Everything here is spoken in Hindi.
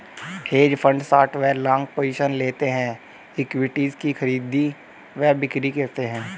हेज फंड शॉट व लॉन्ग पोजिशंस लेते हैं, इक्विटीज की खरीद व बिक्री करते हैं